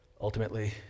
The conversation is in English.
Ultimately